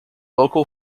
local